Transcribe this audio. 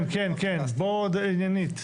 כן, כן, בוא עניינית.